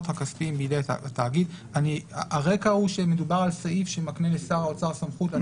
הכספיים בידי התאגיד הרקע הוא שמדובר בסעיף שמקנה לשר האוצר סמכות,